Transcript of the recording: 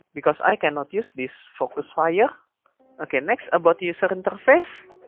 because i cannot use this focus fire okey, next about user interface,